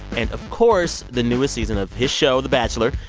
and of course, the newest season of his show, the bachelor,